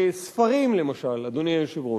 ספרים למשל, אדוני היושב-ראש.